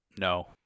no